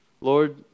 Lord